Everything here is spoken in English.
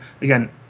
again